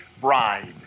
bride